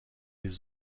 les